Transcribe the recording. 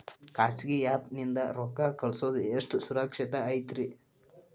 ಖಾಸಗಿ ಆ್ಯಪ್ ನಿಂದ ರೊಕ್ಕ ಕಳ್ಸೋದು ಎಷ್ಟ ಸುರಕ್ಷತಾ ಐತ್ರಿ?